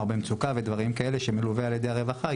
במצוקה ודברים כאלה שמלווה על ידי הרווחה.